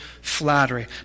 flattery